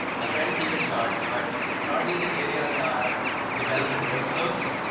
i'll try to keep a sharp, but broadly the areas are development workflows,